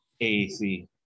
AAC